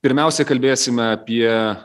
pirmiausia kalbėsime apie